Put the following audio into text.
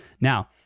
Now